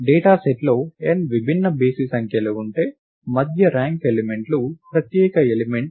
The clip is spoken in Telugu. డేటాసెట్లో n విభిన్న బేసి సంఖ్యలు ఉంటే మధ్య ర్యాంక్ ఎలిమెంట్ లు ప్రత్యేక ఎలిమెంట్